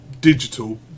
digital